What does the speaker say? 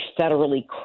federally